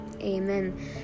Amen